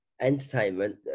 entertainment